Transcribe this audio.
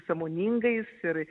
sąmoningais ir